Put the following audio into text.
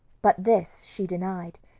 but this she denied,